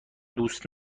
دوست